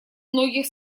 многих